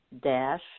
dash